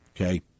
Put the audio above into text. Okay